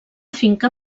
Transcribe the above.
finca